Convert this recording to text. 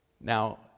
Now